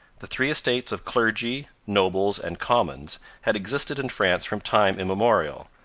the three estates of clergy, nobles, and commons had existed in france from time immemorial.